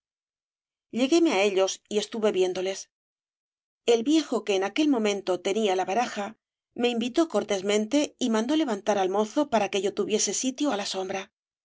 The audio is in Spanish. llegúeme á ellos y estuve viéndoles e viejo que en aquel momento tenía la baraja me invitó cortésmente y mandó levantar al mozo para que yo tuviese sitio á la sombra